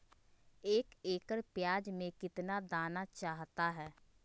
एक एकड़ प्याज में कितना दाना चाहता है?